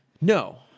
No